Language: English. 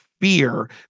fear